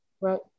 Right